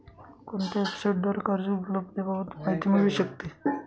कोणत्या वेबसाईटद्वारे कर्ज उपलब्धतेबाबत माहिती मिळू शकते?